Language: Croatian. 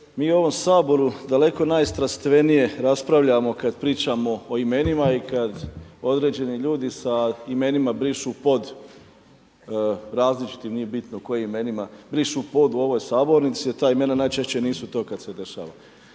mi u ovom Saboru dakle strastvenije raspravljamo kad pričamo o imenima i kad određeni ljudi sa imenima brišu pod različitim, nije bitno kojim imenima, brišu pod u ovoj sabornici, ta imena najčešće nisu to kad se dešava.